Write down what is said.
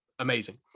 Amazing